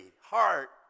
heart